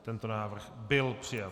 Tento návrh byl přijat.